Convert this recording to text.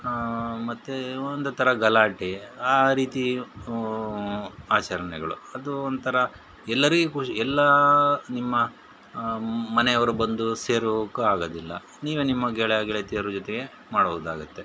ಮತ್ತು ಒಂದು ಥರ ಗಲಾಟೆ ಆ ರೀತಿ ಆಚರಣೆಗಳು ಅದು ಒಂಥರ ಎಲ್ಲರಿಗೂ ಖುಷಿ ಎಲ್ಲ ನಿಮ್ಮ ಮನೆಯವರು ಬಂದು ಸೇರುಕ್ಕೆ ಆಗೋದಿಲ್ಲ ನೀವೆ ನಿಮ್ಮ ಗೆಳೆಯ ಗೆಳತಿಯರ ಜೊತೆಗೆ ಮಾಡುವುದಾಗುತ್ತೆ